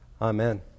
Amen